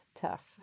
tough